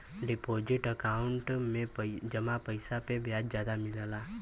deposit account में जमा पइसा पे ब्याज जादा मिलला